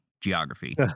geography